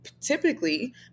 typically